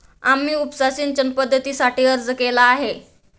आम्ही उपसा सिंचन पद्धतीसाठी अर्ज केला आहे